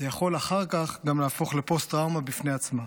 אחר כך זה יכול גם להפוך לפוסט-טראומה בפני עצמה.